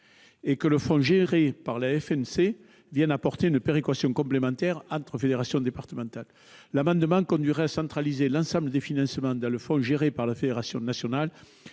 et le fonds géré par la FNC assurera une péréquation complémentaire entre fédérations départementales. L'amendement proposé tend à centraliser l'ensemble des financements dans le fonds géré par la FNC,